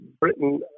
Britain